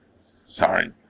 Sorry